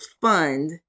fund